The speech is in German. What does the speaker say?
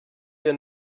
wir